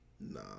Nah